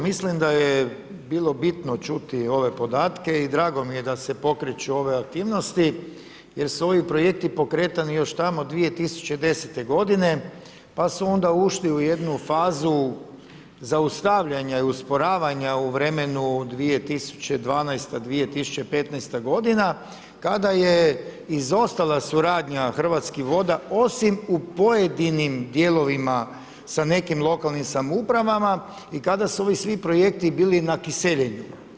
Mislim da je bilo bitno čuti ove podatke i drago mi je da se pokreću ove aktivnosti, jer su ovi projekti pokretani još tamo 2010. pa su onda ušli u jednu fazu zaustavljanja i usporavanja u vremenu 2012.-2015. g. kada je izostala suradnja Hrvatskih voda, osim u pojedinim dijelovima spram nekim lokalnim samoupravama i kada su ovi svi projekti bili na kiseljenju.